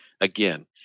Again